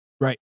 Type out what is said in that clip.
Right